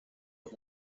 los